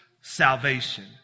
salvation